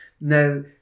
Now